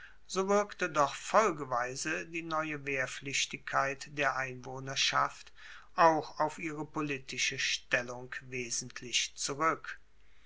so wirkte doch folgeweise die neue wehrpflichtigkeit der einwohnerschaft auch auf ihre politische stellung wesentlich zurueck